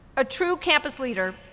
a true campus leader,